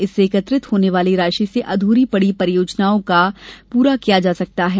इससे एकत्रित होने वाली राशि से अध्री पड़ी परियोजना का पूरा किया जा सकता है